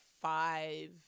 five